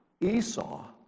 Esau